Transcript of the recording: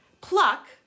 pluck